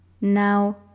Now